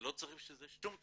לא צריך בשביל זה שום תקציב.